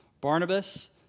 Barnabas